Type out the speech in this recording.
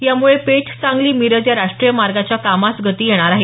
यामुळे पेठ सांगली मिरज या राष्टीय मार्गाच्या कामास गती येणार आहे